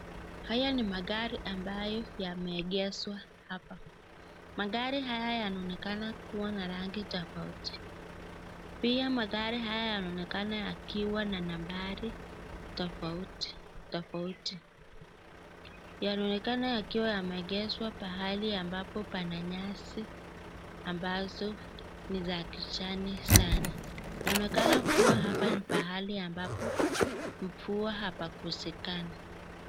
Haya ni magari ambayo yameegezwa hapa. Magari haya yanaonekana kuwa na rangi tofauti. Pia magari haya yanaonekana yakiwa na nambari tofauti tofauti. Yanaonekana kuwa yameegeshwa pahali ambapo kuna nyasi ya kijani sana. Panaonekana ni pahali mvua haikosekani.